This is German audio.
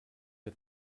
der